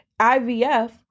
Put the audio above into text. IVF